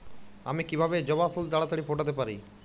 আমি কিভাবে জবা ফুল তাড়াতাড়ি ফোটাতে পারি?